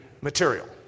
material